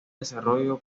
desarrollo